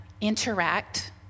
interact